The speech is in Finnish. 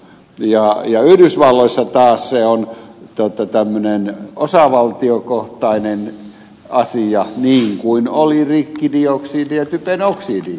ja yhdysvalloissa se taas on tämmöinen osavaltiokohtainen asia niin kuin oli rikkidioksidin ja typen oksidin kanssa